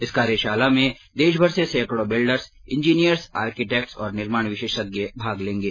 इस कार्यशाला में देश भर से सैकडो बिल्डर्स इंजीनियर्स आर्किटेक्ट्स और निर्माण विशेषज्ञ भाग लेंगे